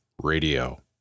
Radio